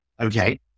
Okay